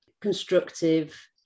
constructive